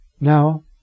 Now